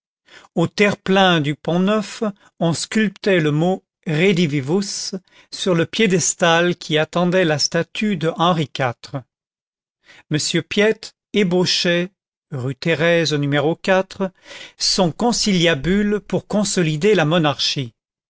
au terre-plein du pont-neuf on sculptait le mot redivivus sur le piédestal qui attendait la statue de henri iv m piet ébauchait rue thérèse n son conciliabule pour consolider la monarchie